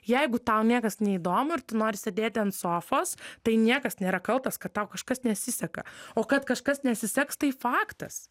jeigu tau niekas neįdomu ir tu nori sėdėti ant sofos tai niekas nėra kaltas kad tau kažkas nesiseka o kad kažkas nesiseks tai faktas